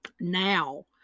now